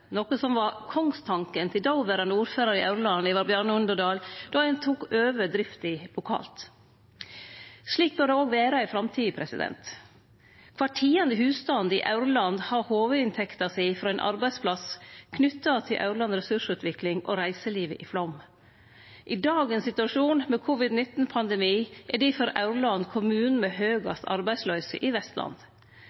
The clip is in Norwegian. noko som var kongstanken til dåverande ordførar i Aurland, Ivar Bjarne Underdal, då ein tok over drifta lokalt. Slik bør det òg vere i framtida. Kvar tiande husstand i Aurland har hovudinntekta si frå ein arbeidsplass knytt til Aurland Ressursutvikling og reiselivet i Flåm. I dagens situasjon, med covid-19-pandemi, er difor Aurland kommunen med